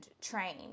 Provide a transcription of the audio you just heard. train